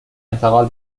انتقال